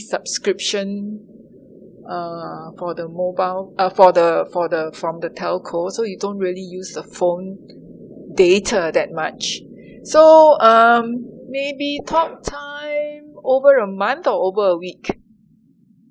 subscription uh for the mobile uh for the for the from the telco so you don't really use the phone data that much so um maybe talk time over a month or over a week